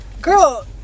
girl